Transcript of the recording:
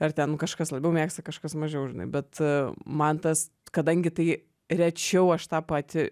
ar ten kažkas labiau mėgsta kažkas mažiau žinai bet man tas kadangi tai rečiau aš tą pati